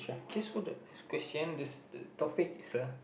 kiss what the question this topic is the